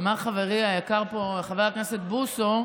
אמר חברי היקר פה, חבר הכנסת בוסו: